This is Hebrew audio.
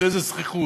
איזה זחיחות.